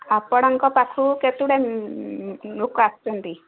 ଆପଣଙ୍କ ପାଖକୁ କେତେଟା ଲୋକ ଆସୁଛନ୍ତି